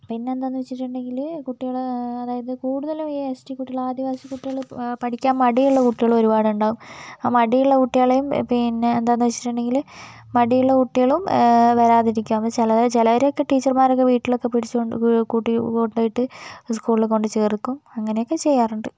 പിന്നെ എന്താണെന്ന് വെച്ചിട്ടുണ്ടെങ്കിൽ കുട്ടികൾ അതായത് കൂടുതലും ഈ എസ് ടി കുട്ടികൾ ആദിവാസി കുട്ടികൾ പഠിക്കാൻ മടിയുള്ള കുട്ടികൾ ഒരുപാടുണ്ടാവും ആ മടിയുള്ള കുട്ടികളെയും പിന്നെ എന്താണെന്ന് വെച്ചിട്ടുണ്ടെങ്കിൽ മടിയുള്ള കുട്ടികളും വരാതിരിക്കും അപ്പോൾ ചില ചിലരെ ഒക്കെ ടീച്ചർമാരൊക്കെ വീട്ടിലൊക്കെ പിടിച്ചുകൊണ്ട് കൂട്ടികൊണ്ടുപോയിട്ട് സ്കൂളിൽ കൊണ്ട് ചേർക്കും അങ്ങനെയൊക്കെ ചെയ്യാറുണ്ട്